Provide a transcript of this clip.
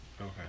Okay